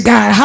God